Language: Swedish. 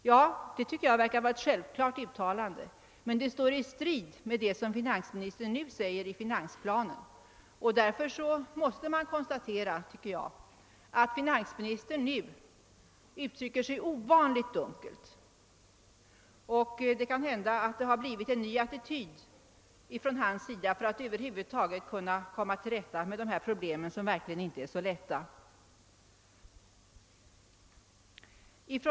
Jag tycker att detta verkar självklart, men det står i strid med vad finansministern nu säger i finansplanen. Därför måste man konstatera att finansministern nu uttrycker sig ovanligt dunkelt. Det kan hända att han intar en ny attityd för att över huvud taget kunna komma till rätta med dessa problem, som verkligen inte är så lätta att lösa.